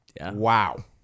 Wow